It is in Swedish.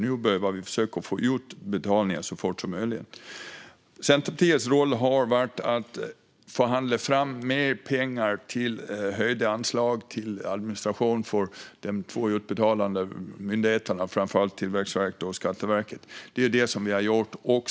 Nu behöver vi så fort som möjligt försöka få ut betalningarna. Centerpartiets roll har varit att förhandla fram mer pengar till höjda anslag till administration för de två utbetalande myndigheterna Tillväxtverket och Skatteverket. Det är vad vi har gjort.